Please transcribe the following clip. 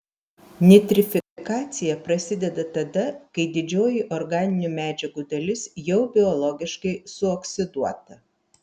nitrifikacija prasideda tada kai didžioji organinių medžiagų dalis jau biologiškai suoksiduota